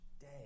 day